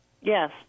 Yes